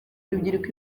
urubyiruko